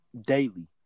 daily